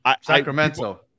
sacramento